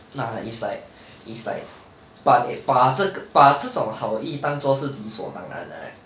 那 is like is like 把把这个把这种好意当作是理所当然的 right